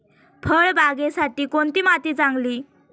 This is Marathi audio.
फळबागेसाठी कोणती माती चांगली?